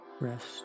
Rest